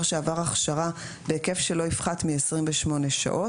שעבר הכשרה בהיקף שלא יפחת מ-28 שעות,